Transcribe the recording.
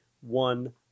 One